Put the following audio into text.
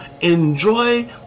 enjoy